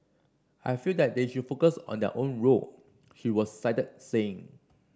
I feel that they should focus on their own role she was cited saying